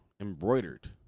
embroidered